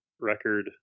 record